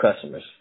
customers